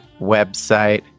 website